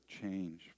change